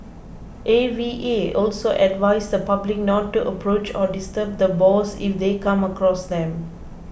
A V A also advised the public not to approach or disturb the boars if they come across them